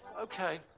Okay